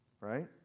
right